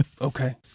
okay